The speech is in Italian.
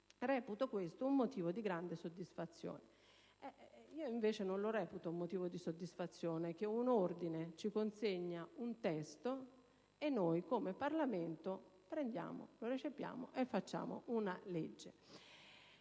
Reputo questo un motivo di grande soddisfazione». Io, invece, non reputo motivo di soddisfazione il fatto che un ordine ci consegni un testo e noi, come Parlamento, lo prendiamo, lo recepiamo e ne facciamo una legge.